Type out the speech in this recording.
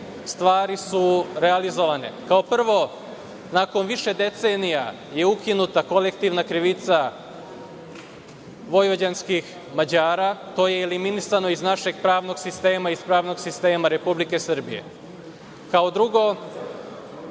stvari su realizovane. Kao prvo, nakon više decenija je ukinuta kolektivna krivica vojvođanskih Mađara. To je eliminisano iz našeg pravnog sistema, iz pravnog sistema Republike Srbije. Kao drugo,